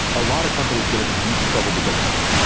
a lot of companies get into huge trouble because of this.